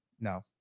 No